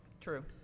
True